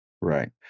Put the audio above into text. right